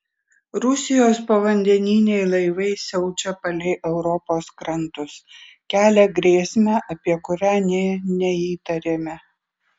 rusijos povandeniniai laivai siaučia palei europos krantus kelia grėsmę apie kurią nė neįtarėme